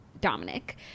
Dominic